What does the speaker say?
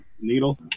needle